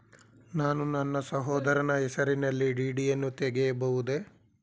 ನಾನು ನನ್ನ ಸಹೋದರನ ಹೆಸರಿನಲ್ಲಿ ಡಿ.ಡಿ ಯನ್ನು ತೆಗೆಯಬಹುದೇ?